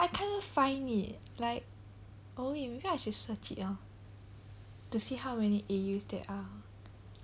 I can't even find it like oh wait maybe I should search it hor to see how many A_Us there are